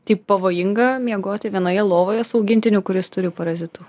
tai pavojinga miegoti vienoje lovoje su augintiniu kuris turi parazitų